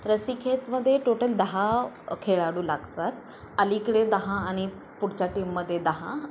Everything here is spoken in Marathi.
रस्सीखेचमध्ये टोटल दहा खेळाडू लागतात अलीकडे दहा आणि पुढच्या टीममध्ये दहा